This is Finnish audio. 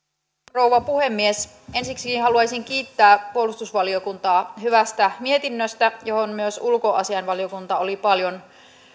rouva puhemies ensiksikin haluaisin kiittää puolustusvaliokuntaa hyvästä mietinnöstä johon myös ulkoasiainvaliokunta oli paljon